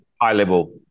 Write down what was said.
high-level